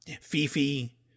Fifi